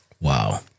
Wow